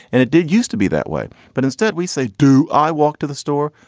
and it did used to be that way. but instead we say, do i walk to the store?